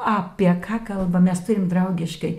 apie ką kalbam mes turime draugiškai